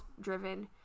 driven